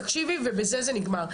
תקשיבי ובזה זה נגמר,